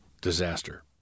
disaster